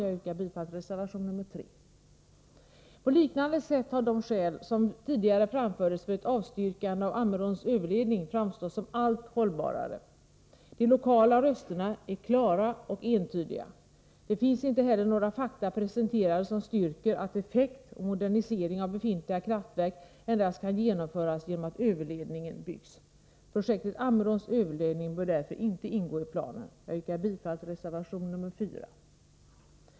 Jag yrkar bifall till reservation 3. På liknande sätt har de skäl som tidigare framfördes för ett avstyrkande av Ammeråns överledning framstått som allt hållbarare. De lokala rösterna är klara och entydiga. Det finns inte heller några fakta presenterade som styrker att effekt och modernisering av befintliga kraftverk kan åstadkommas endast genom att överledningen byggs. Projektet Ammeråns överledning bör därför inte ingå i planen. Jag yrkar bifall till reservation nr 4.